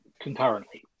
concurrently